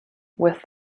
with